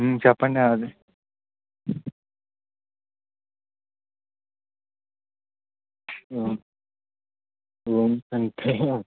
చెప్పండి అది రూమ్స్ అంటే